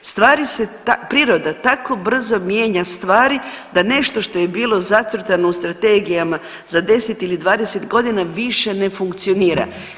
Stvari se, priroda tako brzo mijenja stvari da nešto što je bilo zacrtano u strategijama za 10 ili 20 godina više ne funkcionira.